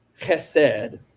chesed